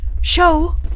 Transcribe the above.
Show